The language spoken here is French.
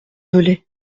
velay